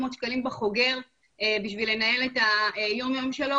שקלים בחוגר כדי לנהל את היום יום שלו,